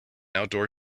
outdoor